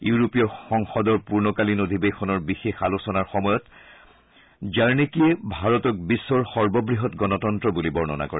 ইউৰোপীয় সংসদৰ পূৰ্ণকালীন অধিৱেশনৰ বিশেষ আলোচনাৰ সময়ত জাৰনেকিয়ে ভাৰতক বিশ্বৰ সৰ্ববৃহৎ গণতন্ত্ৰ বুলি বৰ্ণনা কৰে